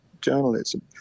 journalism